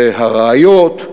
זה הרעיות,